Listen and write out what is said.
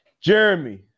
Jeremy